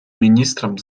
министром